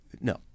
No